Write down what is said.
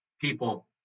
people